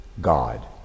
God